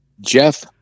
Jeff